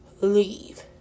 leave